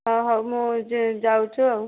ହଁ ହଉ ମୁଁ ଯାଉଛୁ ଆଉ